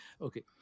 okay